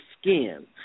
skin